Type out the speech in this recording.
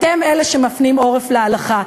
אתם אלה שמפנים עורף להלכה.